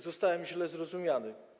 Zostałem źle zrozumiany.